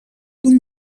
del